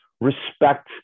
respect